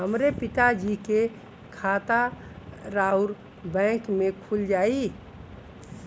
हमरे पिता जी के खाता राउर बैंक में खुल जाई?